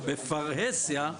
בפרהסיה,